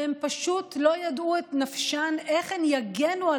והם פשוט לא ידעו את נפשם איך הם יגנו על